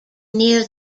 near